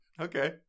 Okay